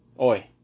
Oi